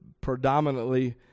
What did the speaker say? predominantly